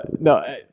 No